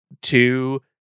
two